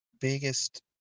biggest